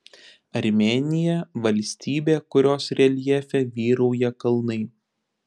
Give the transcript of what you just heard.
armėnija valstybė kurios reljefe vyrauja kalnai